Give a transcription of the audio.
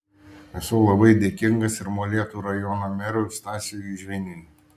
esu labai dėkingas ir molėtų rajono merui stasiui žviniui